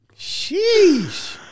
Sheesh